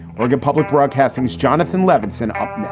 oregon public broadcasting's jonathan levinson up